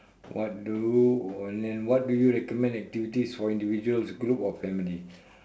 what do and then what do you recommend activities for individuals group or family